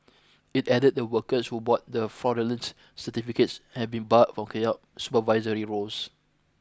it added the workers who bought the fraudulence certificates have been barred from carrying out supervisory roles